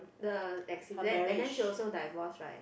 the accident and then she also divorce right